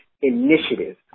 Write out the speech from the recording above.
initiative